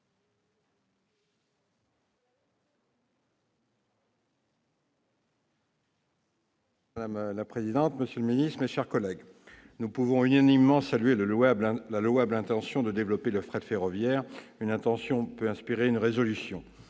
Madame la présidente, monsieur le secrétaire d'État, mes chers collègues, nous pouvons unanimement saluer la louable intention de développer le fret ferroviaire. Une intention peut inspirer une résolution.